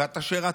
ואתה שירת,